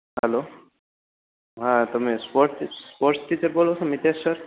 hello હા તમે sports sports થી બોલો છો મિતેશ સર